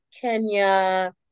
Kenya